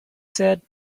said